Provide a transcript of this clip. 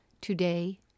Today